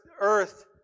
earth